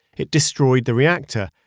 it destroyed the reactor,